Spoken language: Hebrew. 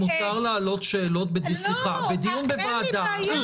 מותר להעלות שאלות והשגות בדיון בוועדה,